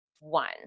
one